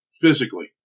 physically